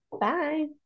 bye